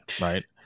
right